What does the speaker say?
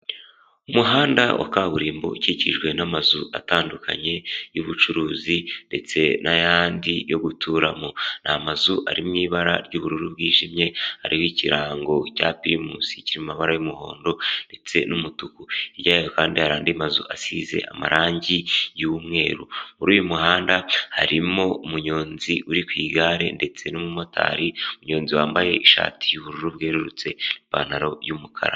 Umuhanda wa kaburimbo ukikijwe n'amazu atandukanye y'ubucuruzi, ndetse n'ayandi yo guturamo. Ni amazu ari mu ibara ry'ubururu bwijimye, ariho ikirango cya primus cy'amabara y'umuhondo ndetse n'umutuku. Hirya yayo kandi hari andi mazu asize amarangi y'umweru. Muri uyu muhanda harimo umunyonzi uri ku igare ndetse n'umumotari, umunyonzi wambaye ishati y'ubururu bwerurutse, ipantaro y'umukara.